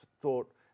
thought